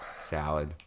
salad